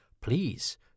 please